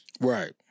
Right